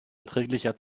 erträglicher